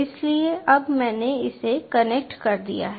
इसलिए अब मैंने इसे कनेक्ट कर दिया है